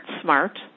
smart